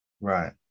Right